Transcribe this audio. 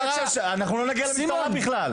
אנחנו לא נגיע למשטרה בכלל.